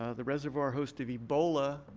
ah the reservoir host of ebola,